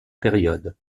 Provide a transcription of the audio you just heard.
période